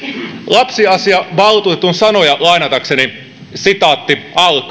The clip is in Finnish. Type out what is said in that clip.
lapsiasiavaltuutetun sanoja lainatakseni